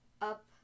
up